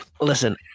Listen